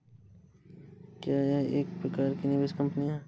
क्या यह एक प्रकार की निवेश कंपनी है?